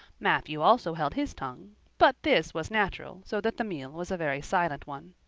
matthew also held his tongue but this was natural so that the meal was a very silent one.